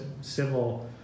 civil